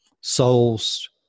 souls